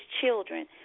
children